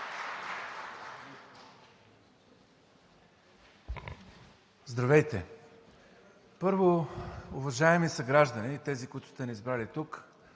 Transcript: Здравейте, уважаеми съграждани – тези, които сте ни избрали тук,